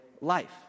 life